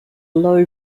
low